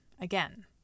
again